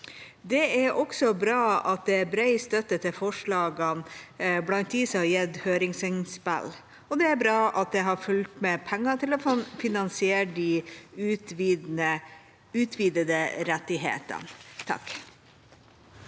Det er også bra at det er bred støtte til forslagene blant dem som har gitt høringsinnspill, og det er bra at det har fulgt med penger til å finansiere de utvidede rettighetene. Bård